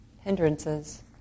hindrances